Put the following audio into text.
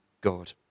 God